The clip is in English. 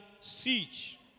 siege